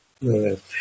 Yes